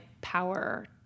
power